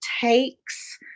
takes